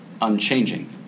unchanging